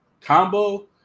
Combo